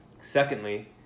Secondly